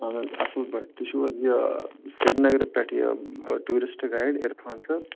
اہَن حظ اَصٕل پٲٹھۍ تُہۍ چھُو حظ یہِ سری نگرٕ پٮ۪ٹھ یہِ ٹوٗرِسٹ گایِڈ عرفان صٲب